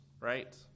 right